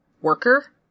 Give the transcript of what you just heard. worker